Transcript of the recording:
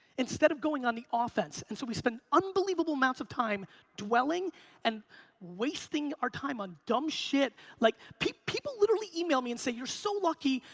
instead of going on the offense. and so we spend unbelievable amounts of time dwelling and wasting our time on dumb shit. like people people literally email me and say, you're so lucky,